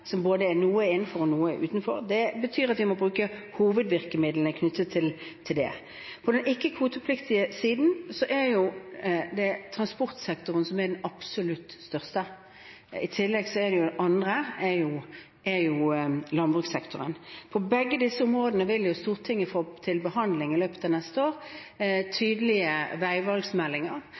som både er litt innenfor og litt utenfor. Det betyr at vi må bruke hovedvirkemidlene knyttet til det. På den ikke-kvotepliktige siden er det transportsektoren som er den absolutt største – i tillegg til den andre, som er landbrukssektoren. På begge disse områdene vil Stortinget i løpet av neste år få til behandling tydelige veivalgsmeldinger.